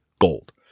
Gold